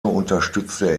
unterstützte